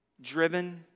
driven